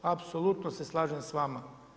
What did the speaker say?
Apsolutno se slažem s vama.